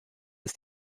ist